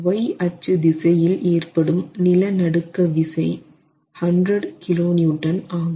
y அச்சு திசையில் ஏற்படும் நிலநடுக்க விசை 100kN ஆகும்